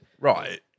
Right